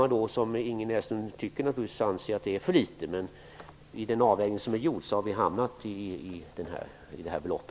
Ingrid Näslund tycker att det är för litet. I den avvägning som vi gjort har vi kommit fram till dessa belopp.